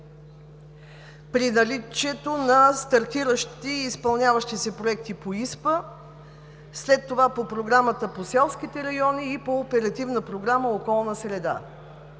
при наличието на стартиращи и изпълняващи се проекти по ИСПА, след това по Програмата за селските райони и по Оперативна програма „Околна среда“.